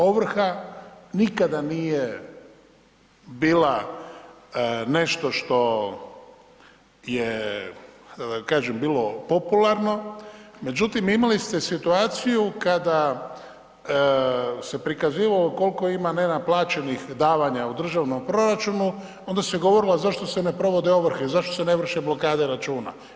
Ovrha nikada nije bila nešto što je kako da kažem, bilo popularno, međutim, imali ste situaciju kada se prikazivalo koliko ima nenaplaćanih davanja u državnom proračunu, onda se govorilo zašto se ne provode ovrhe, zašto se ne vrše blokade računa.